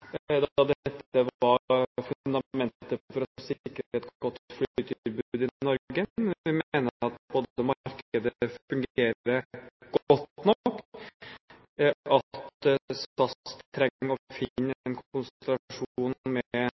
da dette var fundamentet for å sikre et godt flytilbud i Norge, men vi mener at både markedet fungerer godt nok, og at